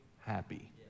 happy